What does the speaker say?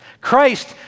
Christ